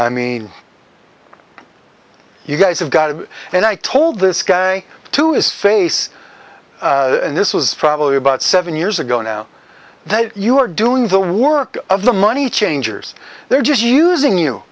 i mean you guys have got to and i told this guy to his face and this was probably about seven years ago now that you're doing the work of the money changers they're just using you